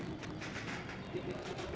एक कुकरी हर साल औसतन कतेक अंडा दे सकत हे?